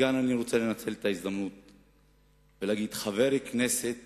אני רוצה לנצל את ההזדמנות ולהגיד, חבר כנסת